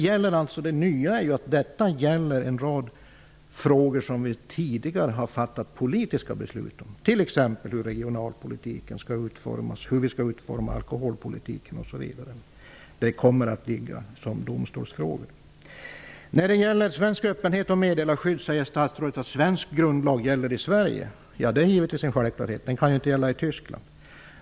Det nya är att detta gäller en rad frågor som vi tidigare har fattat politiska beslut om, t.ex. om hur vi skall utforma regionalpolitiken, alkoholpolitiken osv. Det kommer att bli domstolsfrågor. När det gäller svensk öppenhet och svenskt meddelarskydd säger statsrådet att svensk grundlag gäller i Sverige, och det är en självklarhet. Den kan inte gälla i Tyskland.